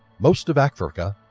most of africa,